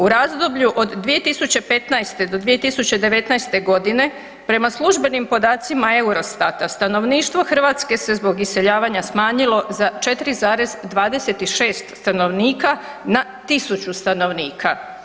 U razdoblju od 2015.-2019.g. prema službenim podacima EUROSTAT-a stanovništvo Hrvatske se zbog iseljavanja smanjilo za 4,26 stanovnika na 1.000 stanovnika.